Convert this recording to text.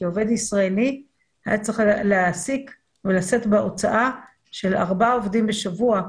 כי עובד ישראלי היה צריך להעסיק או לשאת בהוצאה של ארבעה עובדים בשבוע,